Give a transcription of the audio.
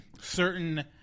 certain